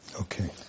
Okay